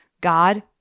God